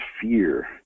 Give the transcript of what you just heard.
fear